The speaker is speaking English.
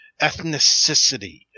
ethnicity